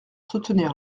soutenir